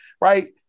Right